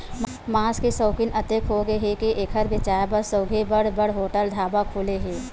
मांस के सउकिन अतेक होगे हे के एखर बेचाए बर सउघे बड़ बड़ होटल, ढाबा खुले हे